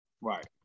right